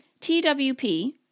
TWP